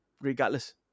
regardless